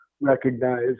recognize